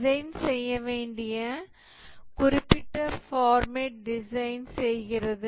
design செய்ய வேண்டிய குறிப்பிட்ட ஃபார்மேட் டிசைன் செய்கிறது